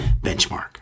benchmark